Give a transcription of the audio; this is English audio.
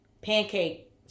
Pancake